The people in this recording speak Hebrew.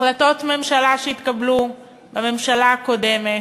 החלטות שהתקבלו בממשלה הקודמת,